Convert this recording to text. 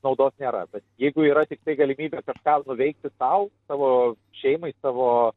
naudos nėra bet jeigu yra tiktai galimybė kažką veikti tau tavo šeimai tavo